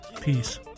Peace